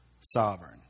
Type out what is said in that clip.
sovereign